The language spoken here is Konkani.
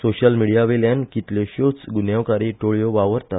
सोशल मिडियावेल्यान कितल्योश्योच ग्रन्यांवकारी टोळयो वावुरतात